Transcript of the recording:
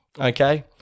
Okay